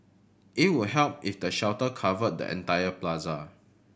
it would help if the shelter covered the entire plaza